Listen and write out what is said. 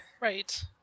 Right